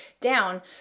down